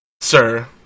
sir